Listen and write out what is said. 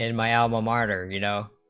and my alma mater you know